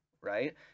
right